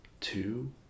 two